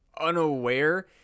unaware